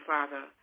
Father